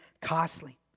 costly